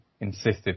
insisted